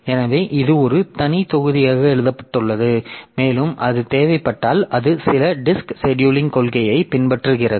எனவே இது ஒரு தனி தொகுதியாக எழுதப்பட்டுள்ளது மேலும் அது தேவைப்பட்டால் அது சில டிஸ்க் செடியூலிங் கொள்கையைப் பின்பற்றுகிறது